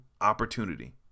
opportunity